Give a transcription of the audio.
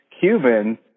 Cuban